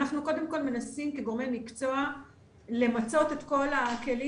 אנחנו קודם כל מנסים כגורמי מקצוע למצות את כל הכלים